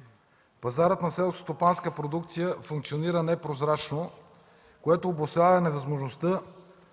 - пазарът на селскостопанска продукция функционира непрозрачно, което обуславя невъзможността